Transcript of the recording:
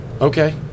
Okay